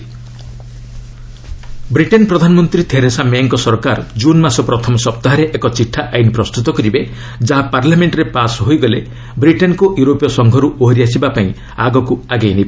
UK ବ୍ରେକ୍ସିଟି Britain ପ୍ରଧାନମନ୍ତ୍ରୀ Theresa ମେ'ଙ୍କ ସରକାର ଜୁନ୍ ମାସ ପ୍ରଥମ ସପ୍ତାହରେ ଏକ ଚିଠା ଆଇନ ପ୍ରସ୍ତୁତ କରିବେ ଯାହା ପାର୍ଲାମେଣ୍ଟ୍ରେ ପାସ୍ ହୋଇଗଲେ ବ୍ରିଟେନ୍କୁ ୟୁରୋପୀୟ ସଂଘରୁ ଓହରିଆସିବା ପାଇଁ ଆଗକୁ ଆଗେଇ ନେବ